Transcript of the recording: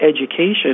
education